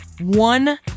One